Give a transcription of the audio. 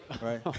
Right